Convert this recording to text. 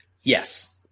Yes